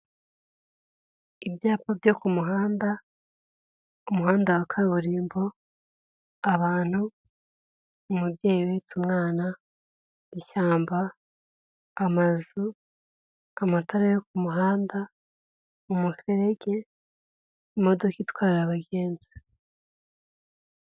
Ibyapa byo ku muhanda, umuhanda wa kaburimbo, abantu, umubyeyi uhetse umwana, ishyamba, amazu, amatara yo ku muhanda, umuferege, imodoka itwara abagenzi.